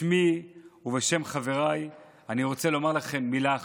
בשמי ובשם חבריי אני רוצה לומר לכם מילה אחת: